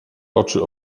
oczy